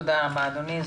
תודה, אדוני.